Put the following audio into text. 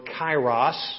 kairos